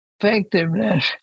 Effectiveness